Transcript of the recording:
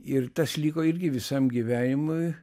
ir tas liko irgi visam gyvenimui